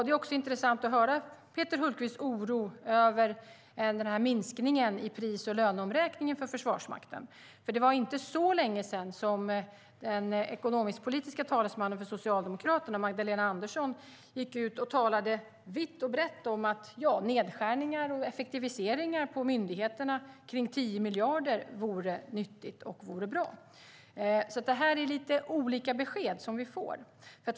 Det är intressant att höra Peter Hultqvists oro över minskningen i pris och löneomräkningen för Försvarsmakten, för det var inte så länge sedan som den ekonomiskpolitiska talespersonen för Socialdemokraterna, Magdalena Andersson, gick ut och talade vitt och brett om att nedskärningar och effektiviseringar på myndigheterna på kring 10 miljarder vore nyttigt och bra. Här är det alltså lite olika besked som vi får.